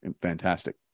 fantastic